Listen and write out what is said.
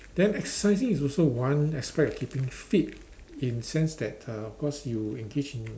then exercising is also one aspect of keeping fit in a sense that uh of course you engage in